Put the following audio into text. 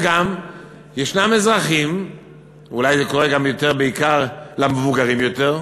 זה אולי קורה בעיקר למבוגרים יותר,